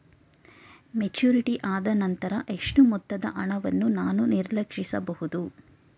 Maturity ಆದನಂತರ ಎಷ್ಟು ಮೊತ್ತದ ಹಣವನ್ನು ನಾನು ನೀರೀಕ್ಷಿಸ ಬಹುದು?